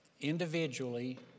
individually